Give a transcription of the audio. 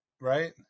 right